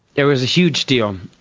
it was a huge deal.